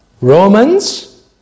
Romans